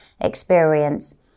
experience